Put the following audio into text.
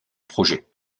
projet